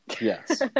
Yes